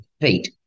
feet